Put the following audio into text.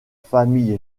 famille